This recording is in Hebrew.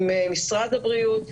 עם משרד הבריאות.